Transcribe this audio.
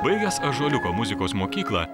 baigęs ąžuoliuko muzikos mokyklą